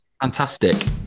Fantastic